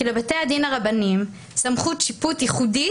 כי לבתי הדין הרבניים סמכות שיפוט ייחודית